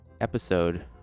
episode